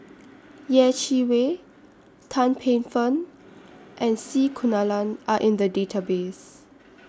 Yeh Chi Wei Tan Paey Fern and C Kunalan Are in The Database